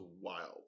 wild